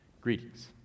greetings